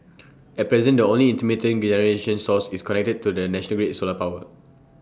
at present the only intermittent generation source is connected to the national grid solar power